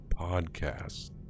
Podcast